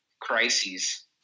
crises